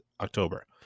October